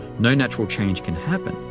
no natural change can happen,